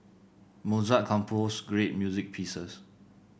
Mozart composed great music pieces